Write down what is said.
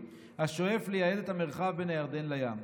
השואף לייהד את המרחב בין הירדן לים".